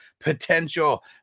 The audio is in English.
potential